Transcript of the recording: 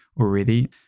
already